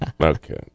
Okay